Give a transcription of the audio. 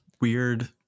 weird